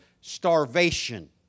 starvation